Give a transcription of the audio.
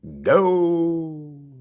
go